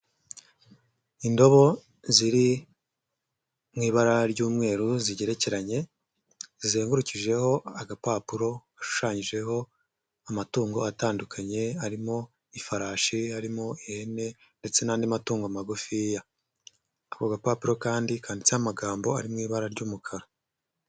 Indobo ziri mu ibara ry'umweru zigerekeranye, zizengurukijeho agapapuro gashushanyijeho amatungo atandukanye arimo :ifarashi, harimo ihene ndetse n'andi matungo magufiya. Ako gapapuro kandi kandiditse amagambo ari mu ibara ry'umukara.